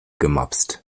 gemopst